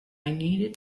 need